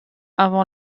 avant